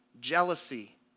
jealousy